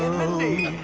mindy